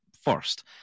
first